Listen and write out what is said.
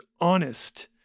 honest